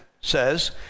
says